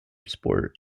sport